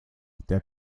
der